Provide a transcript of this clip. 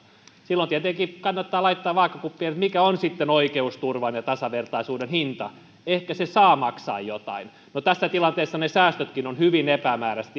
silloin tietenkin kannattaa laittaa vaakakuppiin se mikä on sitten oikeusturvan ja tasavertaisuuden hinta ehkä se saa maksaa jotain no tässä tilanteessa ne säästötkin ovat hyvin epämääräiset